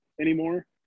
anymore